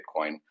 Bitcoin